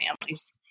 families